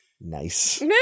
Nice